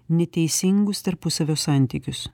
neteisingus tarpusavio santykius